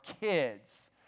kids